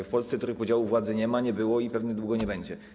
W Polsce trójpodziału władzy nie ma, nie było i pewnie długo nie będzie.